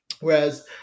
Whereas